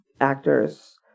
actors